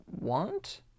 want